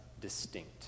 distinct